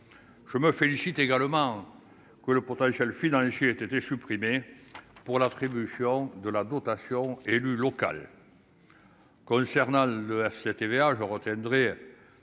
je me félicite également que le portail dans les étaient supprimés pour l'attribution de la dotation élu local. Concernant le FCTVA je retiendrai